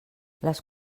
les